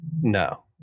no